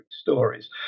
Stories